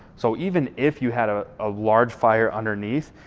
so even if you had a ah large fire underneath,